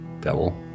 Devil